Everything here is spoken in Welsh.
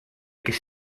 ges